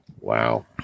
Wow